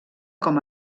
com